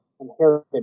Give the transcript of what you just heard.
inherited